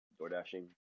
DoorDashing